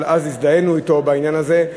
אבל אז הזדהינו אתו בעניין הזה.